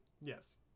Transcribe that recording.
Yes